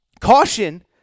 caution